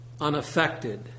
unaffected